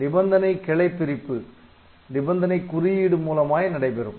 நிபந்தனை கிளை பிரிப்பு நிபந்தனை குறியீடு மூலமாய் நடைபெறும்